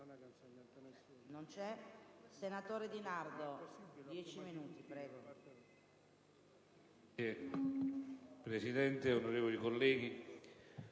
Presidente, onorevoli colleghi,